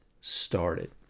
started